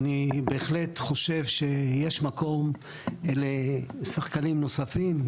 אני בהחלט חושב שיש מקום לשחקנים נוספים,